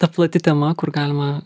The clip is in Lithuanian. ta plati tema kur galima